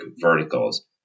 verticals